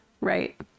Right